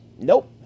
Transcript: Nope